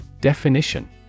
Definition